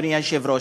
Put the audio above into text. אדוני היושב-ראש.